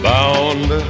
Bound